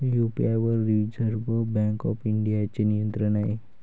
UPI वर reserve bank of इंडियाचे नियंत्रण आहे